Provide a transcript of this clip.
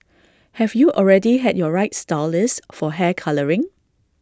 have you already had your right stylist for hair colouring